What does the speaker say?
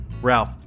Ralph